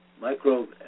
micro